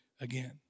again